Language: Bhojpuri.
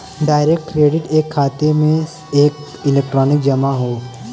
डायरेक्ट क्रेडिट एक खाते में एक इलेक्ट्रॉनिक जमा हौ